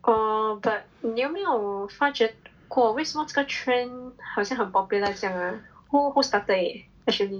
oh but 你有没有发觉过为什么这个 trend 好像很 popular 这样的 who who started it actually